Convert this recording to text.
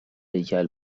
هیکل